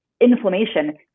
inflammation